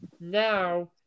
now